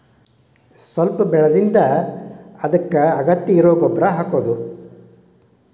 ಸ್ವಲ್ಪ ಬೆಳದಿಂದ ಅದಕ್ಕ ಅಗತ್ಯ ಇರು ಗೊಬ್ಬರಾ ಹಾಕುದು